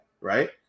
right